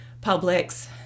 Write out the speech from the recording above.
public's